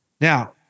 Now